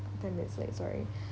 ten minutes late sorry